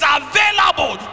available